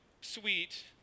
sweet